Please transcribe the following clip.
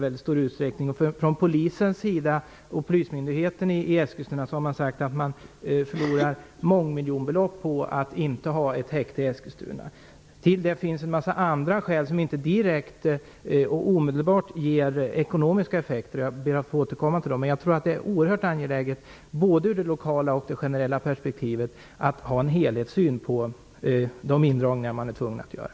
Vid Polismyndigheten i Eskilstuna har man sagt att man förlorar mångmiljonbelopp på att inte ha ett häkte i Eskilstuna. Därutöver finns en massa andra skäl som inte direkt och omedelbart ger ekonomiska effekter. Jag ber att få återkomma till dessa. Men jag tror att det är oerhört angeläget, både ur det lokala och det generella perspektivet, att ha en helhetssyn på de indragningar som man är tvungen att göra.